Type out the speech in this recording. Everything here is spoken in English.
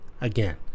again